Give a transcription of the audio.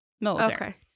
military